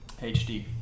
HD